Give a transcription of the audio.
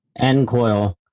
NCOIL